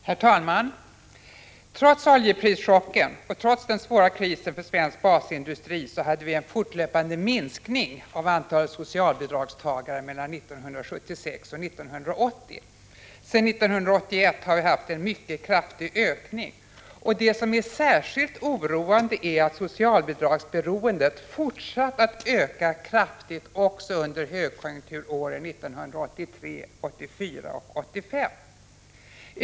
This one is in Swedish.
Herr talman! Trots oljeprischocker och trots den svåra krisen för svensk basindustri hade vi en fortlöpande minskning av antalet socialbidragstagare mellan 1976 och 1980. Sedan 1981 har vi haft en mycket kraftig ökning. Det som är särskilt oroande är att socialbidragsberoendet har fortsatt att öka kraftigt också under högkonjunkturåren 1983, 1984 och 1985.